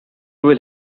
will